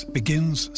begins